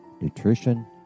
nutrition